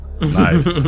Nice